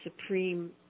supreme